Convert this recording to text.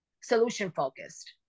solution-focused